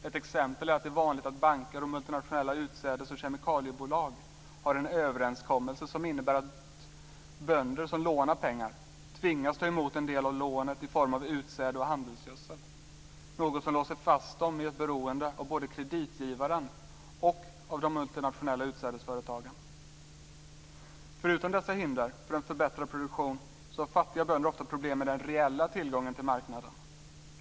Ett exempel är att det är vanligt att banker och multinationella utsädes och kemikaliebolag har en överenskommelse som innebär att bönder som lånar pengar tvingas ta emot en del av lånet i form av utsäde och handelsgödsel, något som låser fast dem i ett beroende av både kreditgivaren och av de multinationella utsädesföretagen. Förutom dessa hinder för en förbättrad produktion så har fattiga bönder ofta problem med den reella tillgången till marknaden.